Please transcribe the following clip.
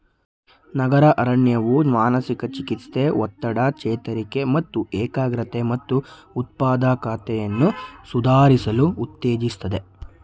ನಗರ ಅರಣ್ಯವು ಮಾನಸಿಕ ಚಿಕಿತ್ಸೆ ಒತ್ತಡ ಚೇತರಿಕೆ ಮತ್ತು ಏಕಾಗ್ರತೆ ಮತ್ತು ಉತ್ಪಾದಕತೆಯನ್ನು ಸುಧಾರಿಸಲು ಉತ್ತೇಜಿಸ್ತದೆ